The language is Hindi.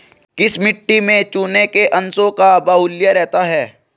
किस मिट्टी में चूने के अंशों का बाहुल्य रहता है?